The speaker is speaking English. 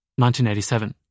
1987